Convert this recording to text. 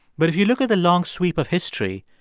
but if you look at the long sweep of history,